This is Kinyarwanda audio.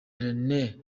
rene